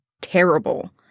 terrible